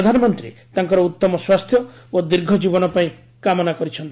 ପ୍ରଧାନମନ୍ତ୍ରୀ ତାଙ୍କର ଉତ୍ତମ ସ୍ୱାସ୍ଥ୍ୟ ଓ ଦୀର୍ଘଜୀବନ ପାଇଁ କାମନା କରିଛନ୍ତି